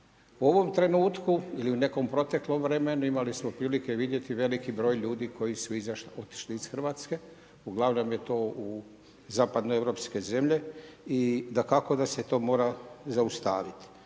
U ovom trenutku ili u nekom proteklom vremenu imali smo prilike vidjeti veliki broj ljudi koji su otišli iz Hrvatske, uglavnom je to u zapadno europske zemlje i dakako da se to mora zaustavit.